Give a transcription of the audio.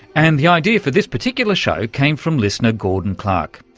and the idea for this particular show came from listener gordon clarke.